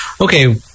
okay